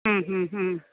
മ്മ് മ്മ് മ്മ്